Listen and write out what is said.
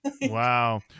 Wow